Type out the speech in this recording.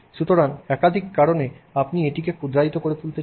সুতরাং একাধিক কারণে আপনি এটিকে ক্ষুদ্রায়িত করে তুলতে চান